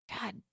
God